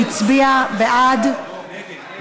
גברתי היושבת-ראש, רבותיי השרים,